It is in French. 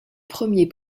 premier